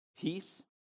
peace